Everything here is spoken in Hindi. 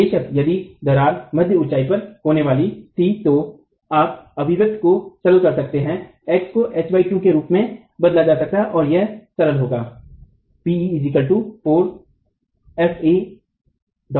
बेशक यदि दरार मध्य ऊंचाई पर होने वाली थी तो आप अभिव्यक्ति को सरल कर सकते हैं x को h 2 के रूप में बदला जा सकता है और यह सरल होगा